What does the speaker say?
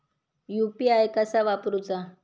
UPI कसा वापरूचा?